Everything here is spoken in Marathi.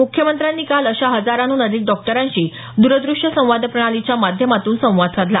मुख्यमंत्र्यांनी काल अशा हजाराहून अधिक डॉक्टरांशी दूरदृश्य संवाद प्रणालीच्या माध्यमातून सवाद साधला